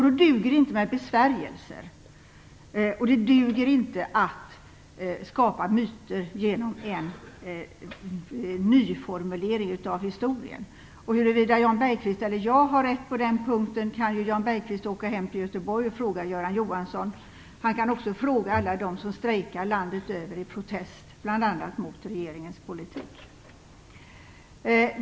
Då duger det inte med besvärjelser, och det duger inte att skapa myter genom en nyformulering av historien. Huruvida Jan Bergqvist eller jag har rätt på den punkten kan Jan Bergqvist åka hem till Göteborg och fråga Göran Johansson om. Han kan också fråga alla dem som strejkar landet över, i protest bl.a. mot regeringens politik.